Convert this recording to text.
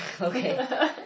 okay